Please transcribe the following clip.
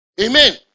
Amen